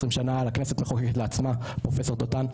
20 שנה הכנסת מחוקקת לעצמה פרופסור דותן,